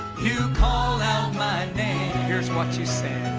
you call out my name here's what you said.